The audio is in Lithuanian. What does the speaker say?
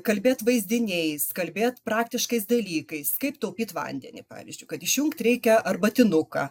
kalbėt vaizdiniais kalbėt praktiškais dalykais kaip taupyt vandenį pavyzdžiui kad išjungt reikia arbatinuką